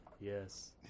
Yes